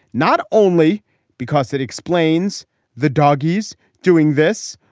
not only because it explains the doggies doing this.